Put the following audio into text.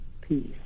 peace